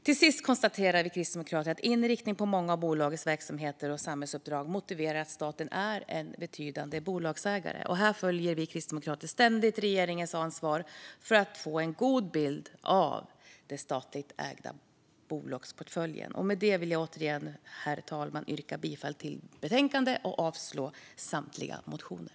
Till sist konstaterar vi kristdemokrater att inriktningen på många av bolagens verksamheter och samhällsuppdrag motiverar att staten är en betydande bolagsägare. Här följer vi kristdemokrater ständigt regeringens ansvar för att få en god bild av den statligt ägda bolagsportföljen. Med det vill jag återigen, herr talman, yrka bifall till utskottets förslag i betänkandet och avslag på samtliga motioner.